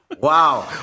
Wow